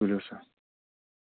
تُلِو سا